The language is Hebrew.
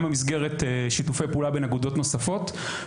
במסגרת שיתופי פעולה בין אגודות נוספות,